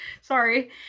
Sorry